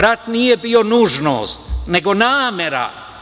Rat nije bio nužnost, nego namera.